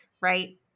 right